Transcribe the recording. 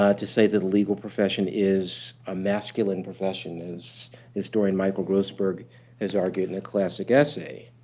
ah to say that the legal profession is ah masculine profession, as historian michael grossberg has argued in a classic essay.